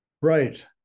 Right